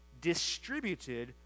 distributed